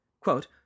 quote